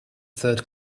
third